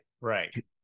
right